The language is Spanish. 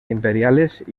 imperiales